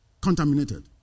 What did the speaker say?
contaminated